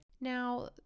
Now